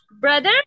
Brother